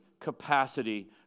capacity